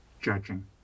judging